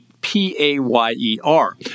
P-A-Y-E-R